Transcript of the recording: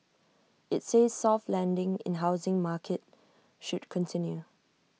IT says soft landing in housing market should continue